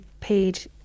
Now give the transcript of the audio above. paid